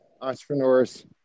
entrepreneurs